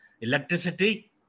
electricity